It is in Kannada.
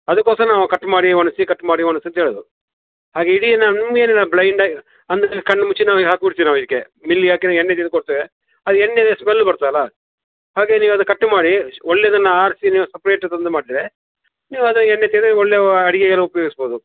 ಅದಕ್ಕೋಸ್ಕರ ನಾವು ಕಟ್ ಮಾಡಿ ಒಣಸಿ ಕಟ್ ಮಾಡಿ ಒಣಸಿ ಅಂತ ಹೇಳುದು ಹಾಗೆ ಇಡಿ ನಮ್ಗೇನು ಇಲ್ಲ ಬ್ಲೈಂಡ್ ಆಗಿ ಅಂದರೆ ಕಣ್ಣು ಮುಚ್ಚಿ ನಾವು ಈಗ ಹಾಕ್ಬುಡ್ತಿವಿ ನಾವು ಇದಕ್ಕೆ ಮಿಲ್ಲಿಗೆ ಹಾಕಿರೆ ಎಣ್ಣೆ ನಿಮ್ಗೆ ಕೊಡ್ತೇವೆ ಆ ಎಣ್ಣೆಲಿ ಸ್ಮೆಲ್ ಬರ್ತದೆ ಅಲ್ಲ ಹಾಗೆ ನೀವು ಅದು ಕಟ್ ಮಾಡಿ ಒಳ್ಳೆದನ್ನು ಆರಿಸಿ ನೀವು ಸಪ್ರೇಟ್ ಅದೊಂದು ಮಾಡಿದರೆ ನೀವು ಅದು ಎಣ್ಣೆ ತೆಗೆದ್ರೆ ಒಳ್ಳೆ ಅಡಿಗೆಗೆಲ್ಲ ಉಪಯೋಗಿಸ್ಬೋದು